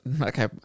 okay